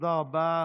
תודה רבה.